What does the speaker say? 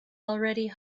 already